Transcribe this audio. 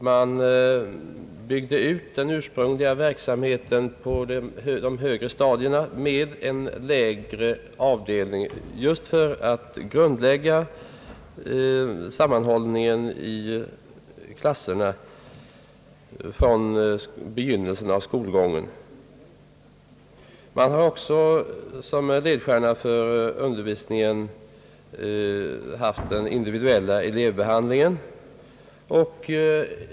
Man byggde ut den ursprungliga verksamheten på de högre stadierna med en lägre avdelning just för att grundlägga sammanhållningen i klasserna från begynnelsen av skolgången. Man har också som ledstjärna för undervisningen haft den individuella elevbehandlingen.